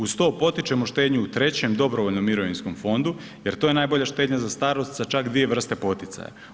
Uz to potičemo štednju u trećem dobrovoljnom mirovinskom fondu jer to je najbolja štednja za starost sa čak dvije vrste poticaja.